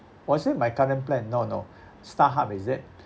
was it my current plan no no Starhub is it